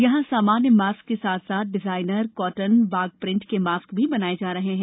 यहाँ सामान्य मास्क के साथ साथ डिजाइनर कॉटन बाघ प्रिंट के मास्क भी बनाए जा रहे हैं